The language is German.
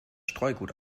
streugut